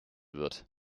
wird